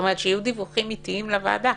כלומר, שיהיו דיווחים עיתיים לוועדה.